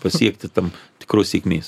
pasiekti tam tikros sėkmės